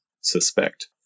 suspect